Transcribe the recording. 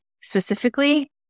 specifically